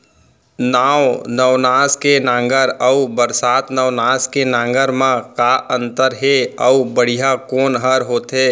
नौ नवनास के नांगर अऊ बरसात नवनास के नांगर मा का अन्तर हे अऊ बढ़िया कोन हर होथे?